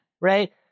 Right